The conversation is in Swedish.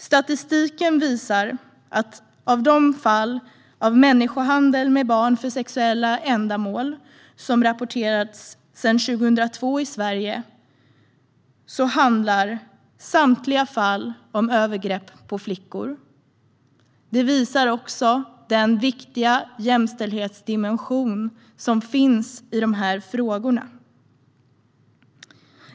Statistiken visar att av de fall av människohandel med barn för sexuella ändamål som rapporterats sedan 2002 i Sverige handlar samtliga fall om övergrepp på flickor. Det visar också den viktiga jämställdhetsdimension som finns i dessa frågor.